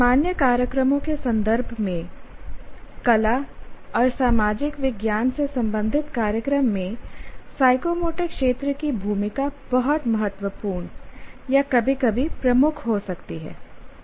सामान्य कार्यक्रमों के संदर्भ में कला और सामाजिक विज्ञान से संबंधित कार्यक्रम में साइकोमोटर क्षेत्र की भूमिका बहुत महत्वपूर्ण या कभी कभी प्रमुख हो सकती है